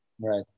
Right